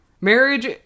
Marriage